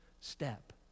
step